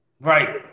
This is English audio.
Right